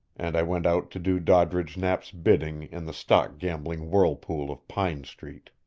and i went out to do doddridge knapp's bidding in the stock-gambling whirlpool of pine street.